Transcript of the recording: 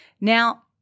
Now